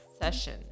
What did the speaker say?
session